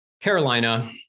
Carolina